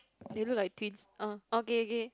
they look like twins orh okay k